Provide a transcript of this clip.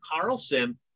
carlson